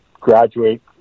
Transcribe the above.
graduate